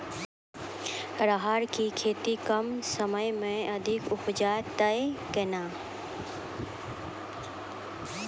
राहर की खेती कम समय मे अधिक उपजे तय केना?